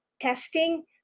testing